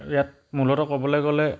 ইয়াত মূলতঃ ক'বলৈ গ'লে